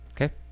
Okay